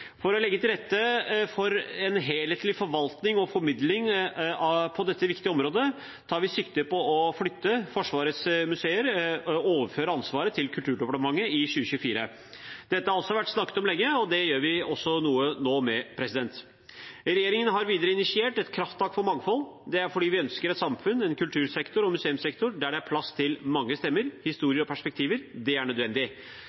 For å legge til rette for en helhetlig forvaltning og formidling på dette viktige området tar vi sikte på å flytte Forsvarets museer og overføre ansvaret til Kulturdepartementet i 2024. Dette har det også vært snakket om lenge. Nå gjør vi noe med det. Regjeringen har videre initiert et krafttak for mangfold. Det er fordi vi ønsker et samfunn, en kultursektor og en museumssektor der det er plass til mange stemmer,